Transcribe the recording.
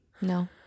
No